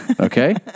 Okay